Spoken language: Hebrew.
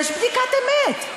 יש בדיקת אמת.